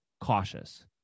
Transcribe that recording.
cautious